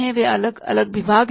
वे अलग अलग विभाग हैं